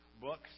books